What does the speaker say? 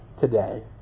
today